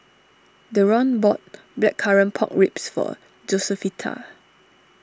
Deron bought Blackcurrant Pork Ribs for Josefita